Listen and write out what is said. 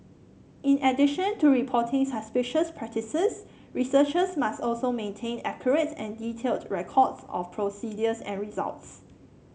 in addition to reporting suspicious practices researchers must also maintain accurate and detailed records of procedures and results